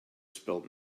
spilt